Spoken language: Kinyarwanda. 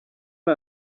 ari